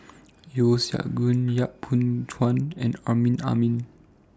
Yeo Siak Goon Yap Boon Chuan and Amrin Amin